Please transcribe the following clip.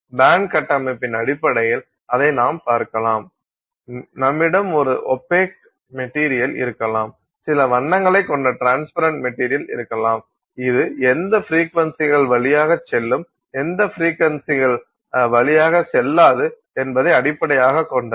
pant கட்டமைப்பின் அடிப்படையில் அதை நாம் பார்க்கலாம் நம்மிடம் ஒரு ஒபெக் மெட்டீரியல் இருக்கலாம் சில வண்ணங்களைக் கொண்ட ட்ரான்ஸ்பரண்ட் மெட்டீரியல் இருக்கலாம் இது எந்த ஃப்ரீக்வென்சிகள் வழியாக செல்லும் எந்த ஃப்ரீக்வென்சிகள் வழியாக செல்லாது என்பதை அடிப்படையாக கொண்டது